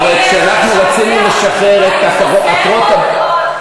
כשאנחנו רצינו לשחרר את עקרות-הבית,